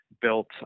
built